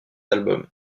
album